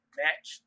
match